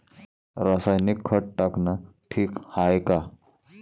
रासायनिक खत टाकनं ठीक हाये का?